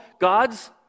God's